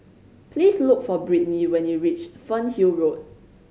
please look for Britney when you reach Fernhill Road